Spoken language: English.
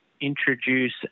introduce